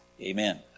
Amen